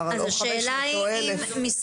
דובר על או 500 או 1,000. השאלה היא אם מבחינת